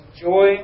joy